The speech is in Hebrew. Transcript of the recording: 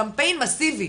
קמפיין מאסיבי,